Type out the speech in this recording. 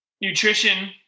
nutrition